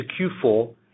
Q4